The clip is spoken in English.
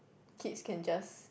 kids can just